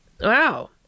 Wow